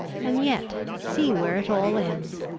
and yet see where it all ends!